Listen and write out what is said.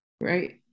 Right